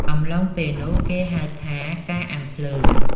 អំឡុងពេលនោះ គេហៅថាការអាំងភ្លើង។